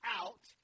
out